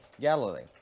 Galilee